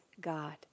God